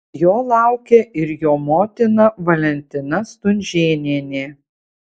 jo laukia ir jo motina valentina stunžėnienė